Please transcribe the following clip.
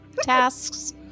tasks